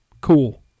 Cool